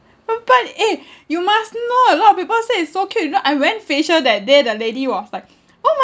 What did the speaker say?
uh but eh you must know a lot of people say it's so cute you know I went facial that day the lady was like